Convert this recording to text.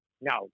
no